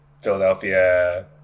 philadelphia